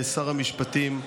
שר המשפטים,